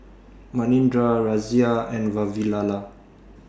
Manindra Razia and Vavilala